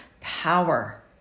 power